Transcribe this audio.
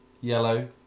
yellow